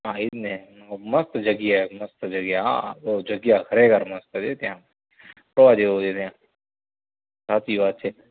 હા એજ ને મસ્ત જગ્યા મસ્ત જગ્યા હા જગ્યા ખરેખર મસ્ત છે ત્યાં જોવા જેવું છે ત્યાં સાચી વાત છે